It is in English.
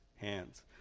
hands